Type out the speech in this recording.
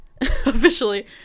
Officially